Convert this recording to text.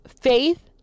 faith